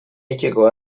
egiteko